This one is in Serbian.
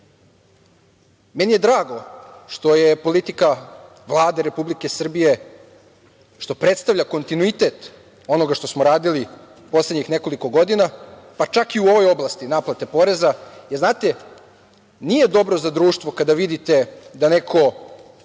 je drago što politika Vlade Republike Srbije predstavlja kontinuitet onoga što smo radili poslednjih nekoliko godina, pa čak i u ovoj oblasti naplate poreza, jer znate, nije dobro za društvo kada vidite da neko